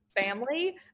family